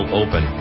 open